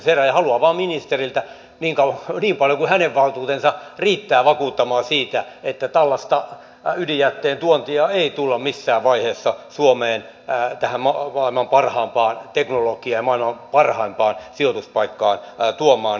haluan vain että ministeri niin paljon kuin hänen valtuutensa riittää vakuuttaisi että ydinjätettä ei tulla missään vaiheessa suomeen tähän maailman parhaimpaan teknologialtaan maailman parhaimpaan sijoituspaikkaan tuomaan